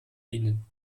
ihnen